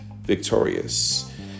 victorious